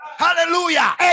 Hallelujah